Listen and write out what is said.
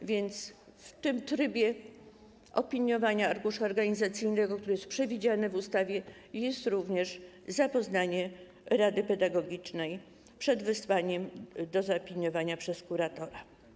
A więc w tym trybie opiniowania arkusza organizacyjnego, który jest przewidziany w ustawie, jest również zapoznanie rady pedagogicznej przed wysłaniem do zaopiniowania przez kuratora.